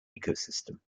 ecosystem